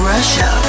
Russia